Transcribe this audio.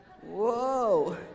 Whoa